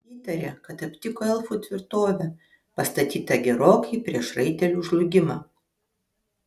įtarė kad aptiko elfų tvirtovę pastatytą gerokai prieš raitelių žlugimą